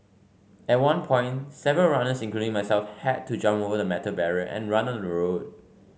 at one point several runners including myself had to jump over the metal barrier and run on the road